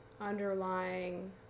underlying